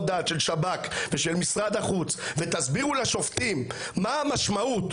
דעת של שב"כ ושל משרד החוץ ותסבירו לשופטים מה המשמעות,